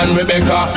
Rebecca